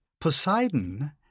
Poseidon